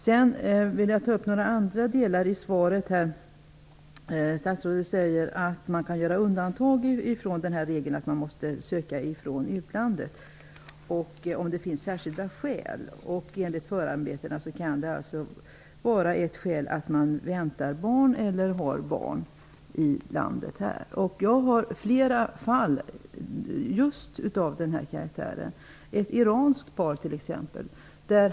Jag vill ta upp några andra delar av statsrådets svar. Statsrådet säger att om det finns särskilda skäl går det att göra undantag från regeln om att söka uppehållstillstånd från utlandet. Enligt förarbetena kan ett skäl vara att man väntar barn eller har barn i landet. Jag känner till flera fall av just denna karaktär. T.ex. finns det ett iranskt par.